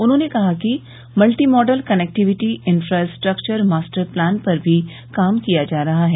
उन्होंने कहा कि multi modal connectivity infrastructure master plan पर भी काम किया जा रहा है